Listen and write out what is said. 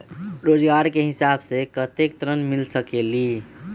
रोजगार के हिसाब से कतेक ऋण मिल सकेलि?